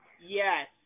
Yes